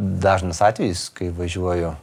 dažnas atvejis kai važiuoju